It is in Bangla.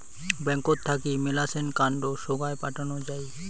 ব্যাঙ্কত থাকি মেলাছেন ফান্ড সোগায় পাঠানো যাই